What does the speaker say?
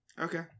Okay